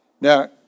now